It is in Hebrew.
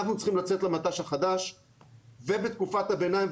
אנחנו צריכים לצאת למט"ש החדש ובתקופת הביניים,